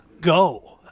go